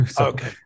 Okay